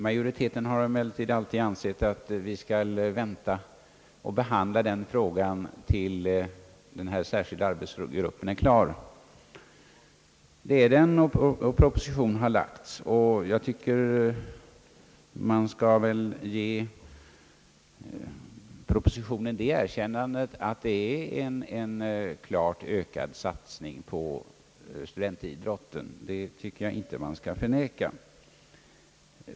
Majoriteten har emellertid alltid ansett att vi skall vänta med att behandla frågan till dess att den särskilda arbetsgruppen är klar. Det är den numera, och en proposition har framlagts. Jag tycker väl, att man skall ge propositionen det erkännandet att den innebär en klart ökad satsning på studentidrotten — det anser jag att man inte skall förneka.